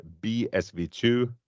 Bsv2